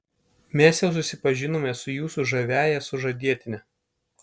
mes jau susipažinome su jūsų žaviąja sužadėtine